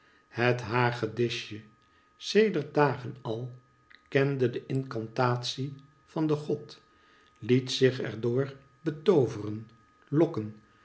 het hagedisje sedert dagen al kende de incantatie van den god liet zich er door betooveren lokken